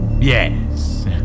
Yes